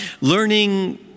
learning